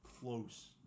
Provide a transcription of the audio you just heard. close